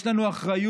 יש לנו אחריות